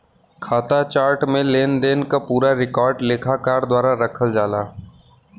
खाता चार्ट में लेनदेन क पूरा रिकॉर्ड लेखाकार द्वारा रखल जाला